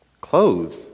clothes